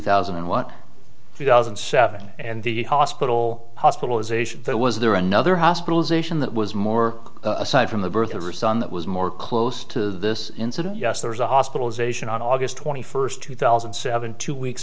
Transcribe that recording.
thousand and one three thousand and seven and the hospital hospitalization that was there another hospitalization that was more aside from the birth of her son that was more close to this incident yes there was a hospitalization on august twenty first two thousand and seven two weeks